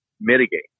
mitigate